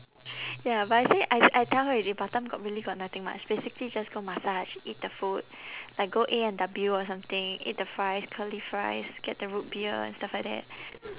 ya but I say I I tell her already batam got really got nothing much basically just go massage eat the food like go A&W or something eat the fries curly fries get the root beer and stuff like that